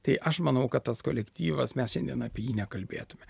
tai aš manau kad tas kolektyvas mes šiandien apie jį nekalbėtume